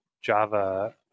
Java